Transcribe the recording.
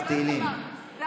אני